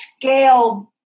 scale